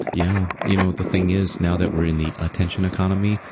yeah. you know the thing is now that we're in the attention economy,